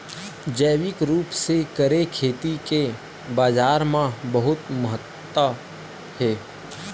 जैविक रूप से करे खेती के बाजार मा बहुत महत्ता हे